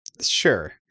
Sure